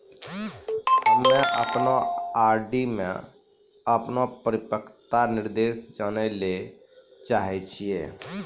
हम्मे अपनो आर.डी मे अपनो परिपक्वता निर्देश जानै ले चाहै छियै